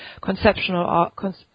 conceptual